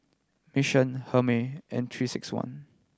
Mission Hermes and Three Six One